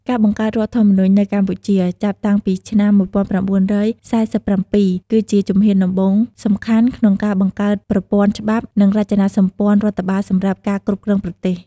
ការបង្កើតរដ្ឋធម្មនុញ្ញនៅកម្ពុជា ចាប់តាំងពីឆ្នាំ ១៩៤៧ គឺជាជំហានដំបូងសំខាន់ក្នុងការបង្កើតប្រព័ន្ធច្បាប់ និងរចនាសម្ព័ន្ធរដ្ឋបាលសម្រាប់ការគ្រប់គ្រងប្រទេស។